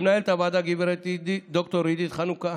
למנהלת הוועדה הגב' ד"ר עידית חנוכה